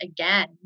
again